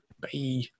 Bye